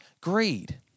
greed